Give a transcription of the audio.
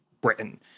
Britain